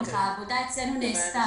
העבודה אצלנו נעשתה.